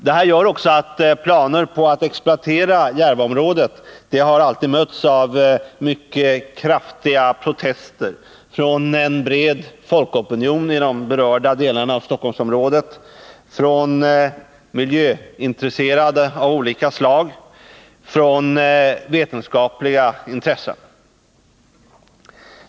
Därför har planer på att exploatera Järvaområdet alltid mötts av mycket kraftiga protester från en bred folkopinion i de berörda delarna av Stockholmsområdet, från dem som företräder miljöintressen av olika slag och från företrädare för vetenskapliga intressen.